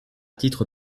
titre